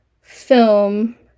film